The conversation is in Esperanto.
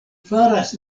faras